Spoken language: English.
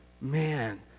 Man